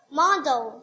model